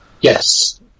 yes